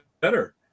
better